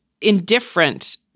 indifferent